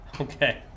Okay